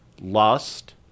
lust